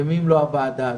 ומי אם לא הוועדה הזאת,